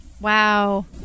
wow